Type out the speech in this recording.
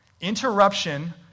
Interruption